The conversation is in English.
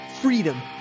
freedom